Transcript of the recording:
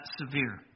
severe